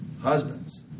Husbands